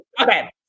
Okay